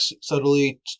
subtly